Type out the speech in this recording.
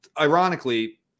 ironically